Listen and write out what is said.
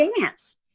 dance